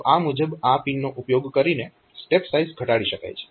તો આ મુજબ આ પિનનો ઉપયોગ કરીને સ્ટેપ સાઈઝ ઘટાડી શકાય છે